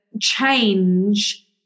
change